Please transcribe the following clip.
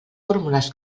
fórmules